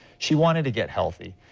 she wanted to get healthy.